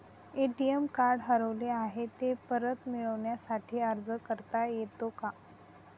ATM card हरवले आहे, ते परत मिळण्यासाठी अर्ज करता येतो का?